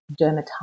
dermatitis